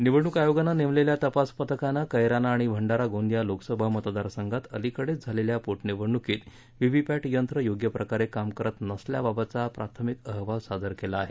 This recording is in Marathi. निवडणूक आयोगानं नेमलेल्या तपास पथकानं कैराना आणि भंडारा गोंदीया लोकसभा मतदारसंघात अलिकडेच झालेल्या पोटनिवडणूकीत वीवीपयंत्र योग्यप्रकारे काम करत नसल्याबाबतचा प्राथमिक अहवाल सादर केला आहे